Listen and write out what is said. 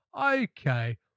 okay